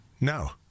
No